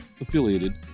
affiliated